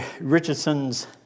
Richardson's